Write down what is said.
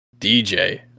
DJ